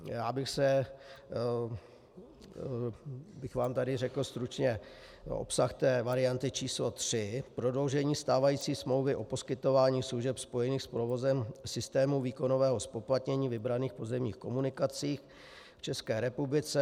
Já bych vám tady řekl stručně obsah varianty č. 3 Prodloužení stávající smlouvy o poskytování služeb spojených s provozem systému výkonového zpoplatnění vybraných pozemních komunikací v České republice.